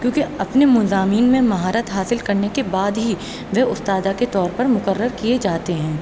کیونکہ اپنے مضامین میں مہارت حاصل کرنے کے بعد ہی وہ استاد کے طور پر مقرر کیے جاتے ہیں